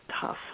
tough